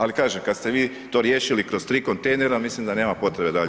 Ali, kažem kada ste vi to riješili kroz 3 kontejnera, mislim da nema potrebe dalje